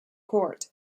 court